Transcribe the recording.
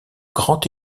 grand